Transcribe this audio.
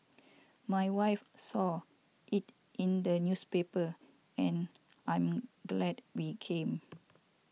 my wife saw it in the newspaper and I'm glad we came